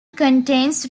contains